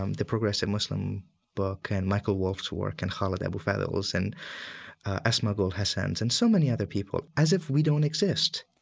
um the progressive muslim book and michael wolfe's work and khaled abou el fadl's and asma gull hasan's and so many other people, as if we don't exist.